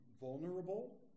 vulnerable